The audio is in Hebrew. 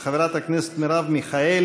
של חברת הכנסת מרב מיכאלי.